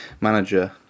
manager